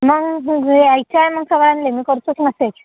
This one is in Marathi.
मग यायचं आहे मग सगळ्याला मी करतोच मॅसेज